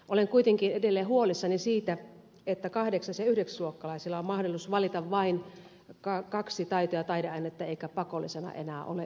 olen kuitenkin edelleen huolissani siitä että kahdeksas ja yhdeksäsluokkalaisilla on mahdollisuus valita vain kaksi taito ja taideainetta eikä pakollisena enää ole yhtään